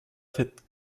faite